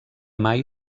mai